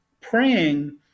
praying